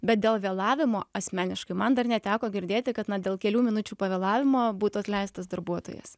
bet dėl vėlavimo asmeniškai man dar neteko girdėti kad na dėl kelių minučių pavėlavimo būtų atleistas darbuotojas